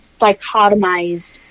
dichotomized